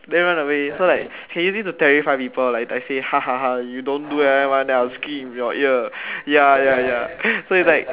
then run away so like can use this to terrify people like I say if you don't do what I want then I will scream into your ear ya ya ya so it's like